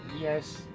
yes